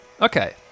Okay